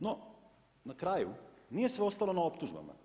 No, na kraju nije sve ostalo na optužbama.